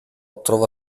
trova